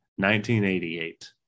1988